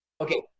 Okay